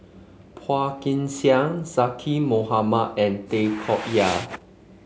Phua Kin Siang Zaqy Mohamad and Tay Koh Yat